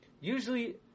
Usually